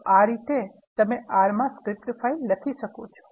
તો આ રીતે તમે R માં સ્ક્રિપ્ટ ફાઇલ લખી શકો છો